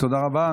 תודה רבה.